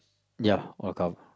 ya welcome